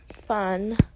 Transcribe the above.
fun